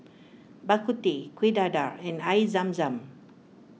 Bak Kut Teh Kuih Dadar and Air Zam Zam